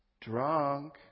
Drunk